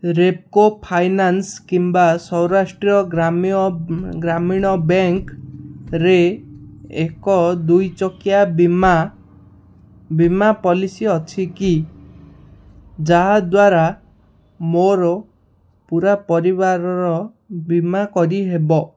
Repco Finance କିମ୍ବା ସୌରାଷ୍ଟ୍ର ଗ୍ରାମୀୟ ଗ୍ରାମୀଣ ବ୍ୟାଙ୍କରେ ଏକ ଦୁଇ ଚକିଆ ବୀମା ବୀମା ପଲିସି ଅଛି କି ଯଦ୍ଵାରା ମୋର ପୂରା ପରିବାରର ବୀମା କରିହେବ